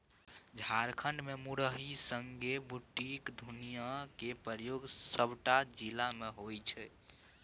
झारखंड मे मुरही संगे बुटक घुघनी केर प्रयोग सबटा जिला मे होइ छै